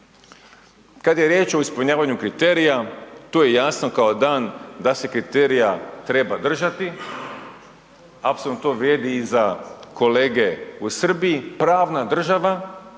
Kada je riječ o ispunjavanju kriterija tu je jasno kao dan da se kriterija treba držati, apsolutno to vrijedi i za kolege i u Srbiji, pravna država